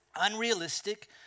Unrealistic